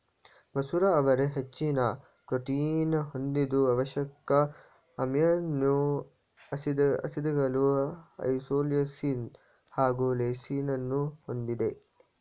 ಮಸೂರ ಅವರೆ ಹೆಚ್ಚಿನ ಪ್ರೋಟೀನ್ ಹೊಂದಿದ್ದು ಅವಶ್ಯಕ ಅಮೈನೋ ಆಸಿಡ್ಗಳು ಐಸೋಲ್ಯೂಸಿನ್ ಹಾಗು ಲೈಸಿನನ್ನೂ ಹೊಂದಿದೆ